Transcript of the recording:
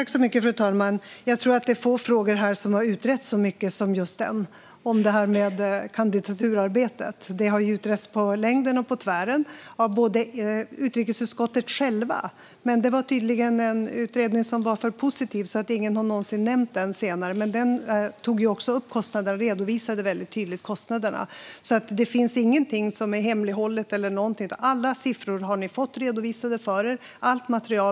Fru talman! Jag tror att det är få frågor som har utretts så mycket som just frågan om kandidaturarbetet. Den har utretts på längden och tvären av utrikesutskottet självt, men det var tydligen en utredning som var för positiv då ingen någonsin har nämnt den senare. Den tog upp kostnaderna och redovisade dessa tydligt. Det finns inget som är hemlighållet, utan ni har fått alla siffror redovisade för er, Margareta Cederfelt.